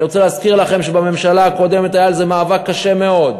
אני רוצה להזכיר לכם שבממשלה הקודמת היה על זה מאבק קשה מאוד,